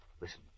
Listen